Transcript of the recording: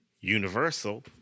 universal